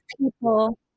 people